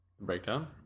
breakdown